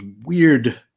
weird